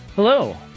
Hello